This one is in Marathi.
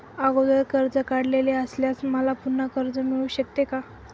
अगोदर कर्ज काढलेले असल्यास मला पुन्हा कर्ज मिळू शकते का?